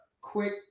quick